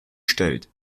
stellt